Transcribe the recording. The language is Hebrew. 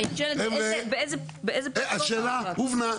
חבר'ה, השאלה הובנה.